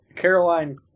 Caroline